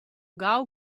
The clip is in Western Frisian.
gau